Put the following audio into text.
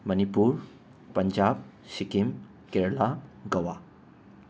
Manipur Punjab Sikkim Kerala Goa